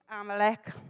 Amalek